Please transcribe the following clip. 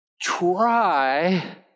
try